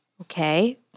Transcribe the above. okay